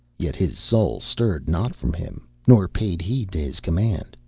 yet his soul stirred not from him, nor paid heed to his command,